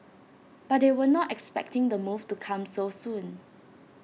but they were not expecting the move to come so soon